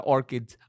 Orchids